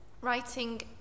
writing